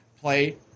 play